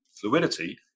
fluidity